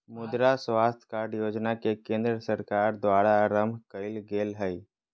मृदा स्वास्थ कार्ड योजना के केंद्र सरकार द्वारा आरंभ कइल गेल हइ